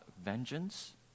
vengeance